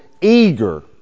eager